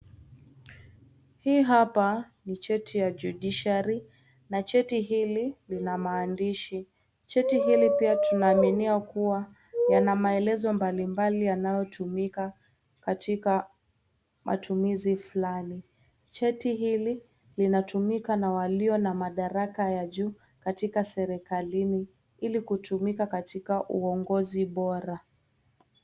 Hii hapa ni cheti ya judiciary ,na cheti hili Lina maandishi. Cheti hili pia tunaaminia kuwa Yana maelezo mbalimbali yanayotumika katika matumizi Fulani. Cheti hili linatumika na walio na madaraka ya juu katika serikalini Ili kutumika katika uongozi bora